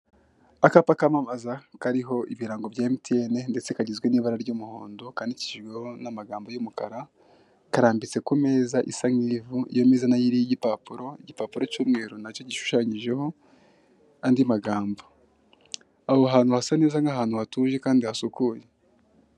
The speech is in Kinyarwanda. Akapa kamamaza kariho ibirango bya emutiyeni ndetse kagizwe n'ibara ry'umuhondo kandikishijweho n'amagambo y'umukara, karambitse ku meza isa nk'ivu, iyo meza nayo iriho igipapuro cy'umweru nacyo gishushanyijeho andi magambo. Aho hantu hasa neza nk'ahantu hatuje kandi hasukuye.